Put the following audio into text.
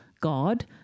God